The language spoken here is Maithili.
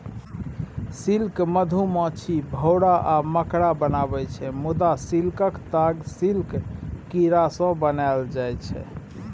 सिल्क मधुमाछी, भौरा आ मकड़ा बनाबै छै मुदा सिल्कक ताग सिल्क कीरासँ बनाएल जाइ छै